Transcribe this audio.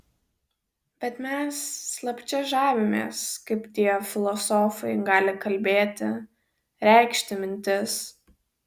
bet mes slapčia žavimės kaip tie filosofai gali kalbėti reikšti mintis